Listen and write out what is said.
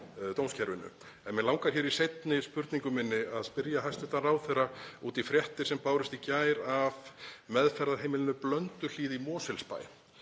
En mig langar í seinni spurningu minni að spyrja hæstv. ráðherra út í fréttir sem bárust í gær af meðferðarheimilinu Blönduhlíð í Mosfellsbæ.